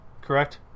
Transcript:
correct